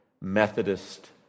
Methodist